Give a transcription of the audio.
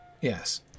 Yes